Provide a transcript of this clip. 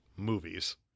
movies